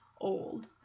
old